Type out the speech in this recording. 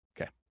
okay